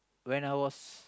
when I was